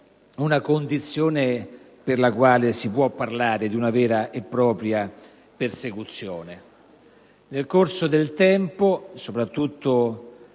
una condizione per la quale si può parlare di una vera e propria persecuzione. Nel corso del tempo, soprattutto